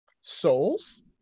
Souls